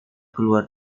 keluar